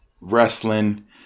wrestling